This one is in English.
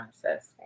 process